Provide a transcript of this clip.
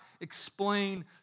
explain